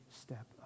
step